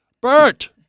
Bert